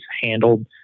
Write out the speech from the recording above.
handled